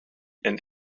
and